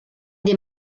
den